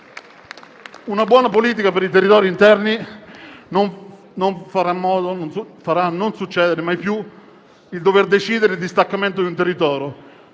Una buona politica per i territori interni non farà succedere mai più di dover decidere il distaccamento di un territorio.